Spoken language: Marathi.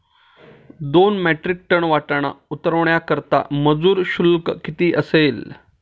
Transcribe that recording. दोन मेट्रिक टन वाटाणा उतरवण्याकरता मजूर शुल्क किती असेल?